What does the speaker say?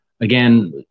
again